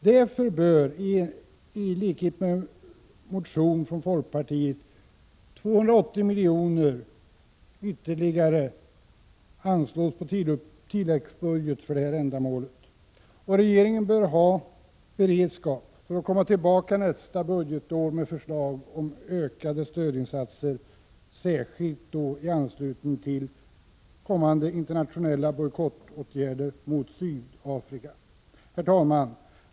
Därför bör, i likhet med vad som sägs i folkpartiets motion, ytterligare 280 milj.kr. anslås på tilläggsbudget för detta ändamål. Regeringen bör ha beredskap för att återkomma nästa budgetår med förslag om ökade stödinsatser, särskilt i anslutning till kommande internationella bojkottåtgärder mot Sydafrika. Herr talman!